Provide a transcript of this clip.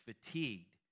fatigued